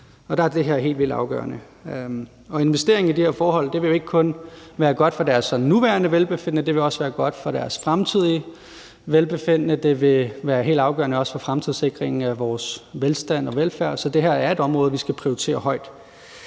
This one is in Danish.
og der er det her helt vildt afgørende. Investeringen i de her forhold vil jo ikke kun være godt for deres nuværende velbefindende, det vil også være godt for deres fremtidige velbefindende. Det vil også være helt afgørende for fremtidssikringen af vores velstand og velfærd, så det her er et område, vi skal prioritere højt.